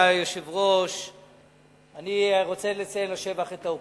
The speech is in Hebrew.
אנחנו עוברים לנושא הבא: